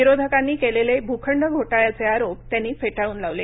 विरोधकांनी केलेले भूखंड घोटाळ्याचे थारोप त्यांनी फेटाळून लावले